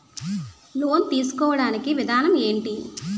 Loan తీసుకోడానికి విధానం ఏంటి?